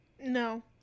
No